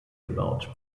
gebaut